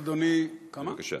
לא,